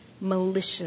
malicious